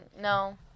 No